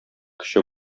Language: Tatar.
көче